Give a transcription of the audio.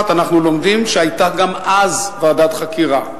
אנחנו לומדים שהיתה גם אז ועדת חקירה,